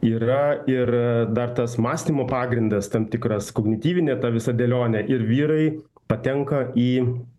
yra ir dar tas mąstymo pagrindas tam tikras kognityvinė ta visa dėlionė ir vyrai patenka į